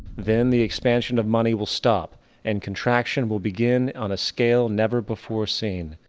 then the expansion of money will stop and contraction will begin on a scale never before seen,